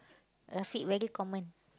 Rafiq very common